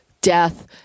death